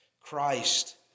Christ